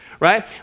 right